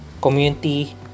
community